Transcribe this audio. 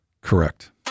Correct